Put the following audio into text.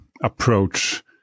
approach